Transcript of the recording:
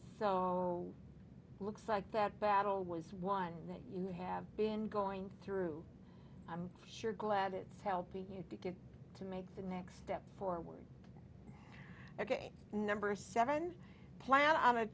so looks like that battle was one that you have been going through i'm sure glad it's helping you get to make the next step forward ok number seven plan on a